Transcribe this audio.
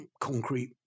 concrete